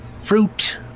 fruit